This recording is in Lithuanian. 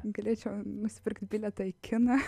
galėčiau nusipirkti bilietą į kiną